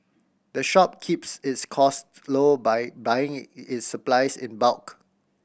the shop keeps its cost low by buying its supplies in bulk